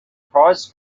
price